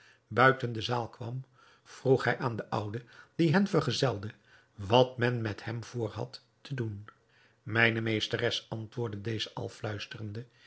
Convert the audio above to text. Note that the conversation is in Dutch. buiten de zaal kwam vroeg hij aan de oude die hen vergezelde wat men met hem voorhad te doen mijne meesteres antwoordde deze al fluisterende